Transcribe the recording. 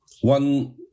One